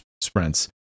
sprints